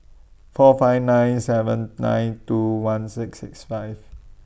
four five nine seven nine two one six six five